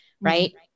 Right